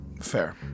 fair